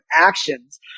actions